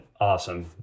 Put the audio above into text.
awesome